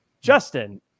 Justin